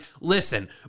listen